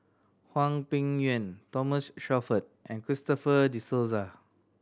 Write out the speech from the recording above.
Hwang Peng Yuan Thomas Shelford and Christopher De Souza